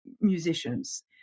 musicians